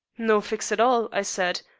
no fix at all, i said.